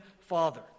father